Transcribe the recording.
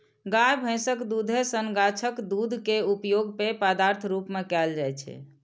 गाय, भैंसक दूधे सन गाछक दूध के उपयोग पेय पदार्थक रूप मे कैल जाइ छै